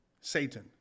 Satan